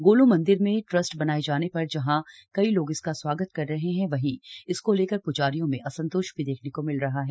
गोल्ज्यू मंदिर में ट्रस्ट बनाये जाने पर जहाँ कई लोग इसका स्वागत कर रहे हैं वहीं इसको लेकर प्जारियों में असंतोष भी देखने को मिल रहा है